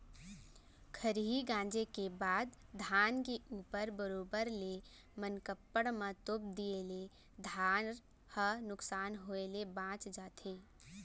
खरही गॉंजे के बाद धान के ऊपर बरोबर ले मनकप्पड़ म तोप दिए ले धार ह नुकसान होय ले बॉंच जाथे